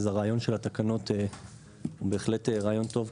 אז הרעיון של התקנות הוא בהחלט רעיון טוב,